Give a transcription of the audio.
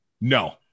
No